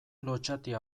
lotsatia